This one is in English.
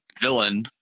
villain